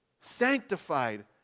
sanctified